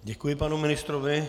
Děkuji panu ministrovi.